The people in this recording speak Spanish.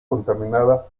contaminada